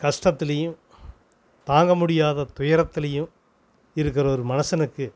கஷ்டத்துலேயும் தாங்க முடியாத துயரத்திலேயும் இருக்கிற ஒரு மனுஷனுக்கு